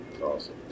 Awesome